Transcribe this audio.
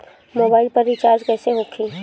Mobile पर recharge कैसे होखी?